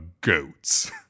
goats